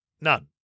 None